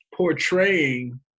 portraying